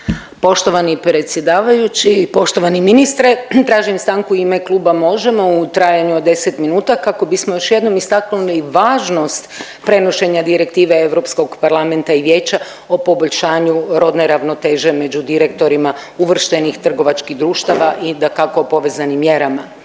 Poštovani predsjedavajući i poštovani ministre, tražim stanku u ime Kluba Možemo! u trajanju od 10 minuta kako bismo još jednom istaknuli važnost prenošenja Direktive Europskog parlamenta i Vijeća o poboljšanju rodne ravnoteže među direktorima uvrštenih trgovačkih društava i dakako povezanim mjerama.